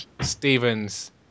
Stephen's